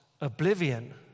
oblivion